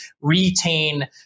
retain